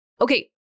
Okay